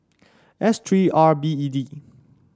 S three R B E D